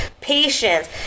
patience